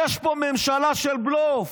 יש פה ממשלה של בלוף.